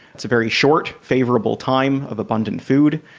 it's a very short, favourable time of abundant food,